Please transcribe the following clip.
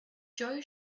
joy